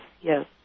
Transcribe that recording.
Yes